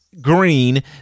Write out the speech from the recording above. green